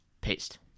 Paste